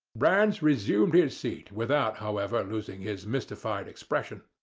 rance resumed his seat, without however losing his mystified expression.